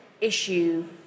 issue